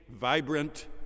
vibrant